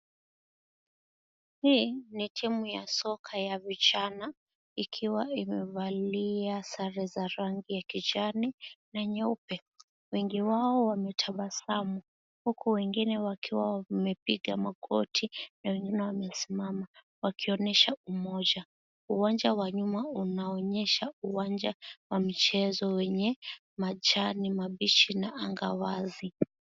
Hii ni timu ya soka ya vijana ikiwa imevalia sare za rangi ya kijani na nyeupe. Wengi wao wametabasamu huku wengine wakiwa wamepiga makoti na wengine wamesimama wakionyesha umoja. Uwanja wa nyuma unaonyesha uwanja wa michezo wenye majani mabichi na anga wasi.